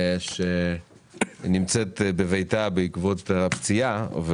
שנמצאת בביתה בעקבות הפציעה.